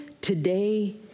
today